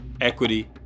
equity